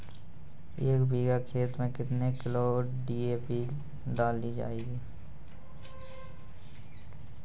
एक बीघा खेत में कितनी किलोग्राम डी.ए.पी डालनी चाहिए?